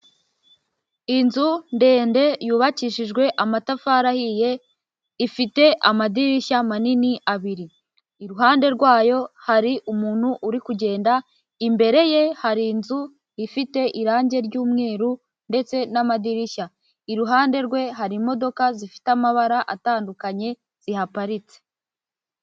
Inzu ndende yubakishijwe amatafari ahiye, ifite amadirishya manini abiri, iruhande rwayo hari umuntu uri kugenda, imbere ye hari inzu ifite irangi ry'umweru ndetse n'amadirishya, iruhande rwe hari imodoka zifite amabara atandukanye zihaparitse.